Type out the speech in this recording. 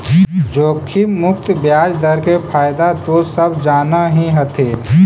जोखिम मुक्त ब्याज दर के फयदा तो सब जान हीं हथिन